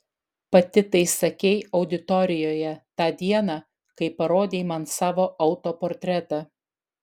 pati tai sakei auditorijoje tą dieną kai parodei man savo autoportretą